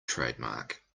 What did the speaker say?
trademark